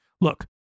Look